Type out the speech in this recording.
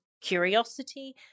curiosity